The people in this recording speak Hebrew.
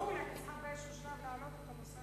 אני צריכה באיזשהו שלב להעלות את הנושא.